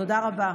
תודה רבה.